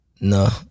No